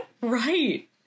right